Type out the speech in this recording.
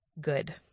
good